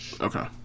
Okay